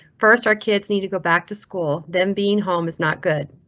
first our kids need to go back to school, then being home is not good.